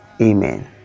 amen